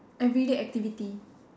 everyday activity